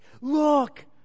look